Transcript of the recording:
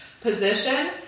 position